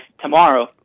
Tomorrow